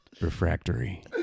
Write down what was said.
Refractory